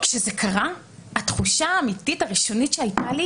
כשזה קרה התחושה האמיתית הראשונית שהייתה לי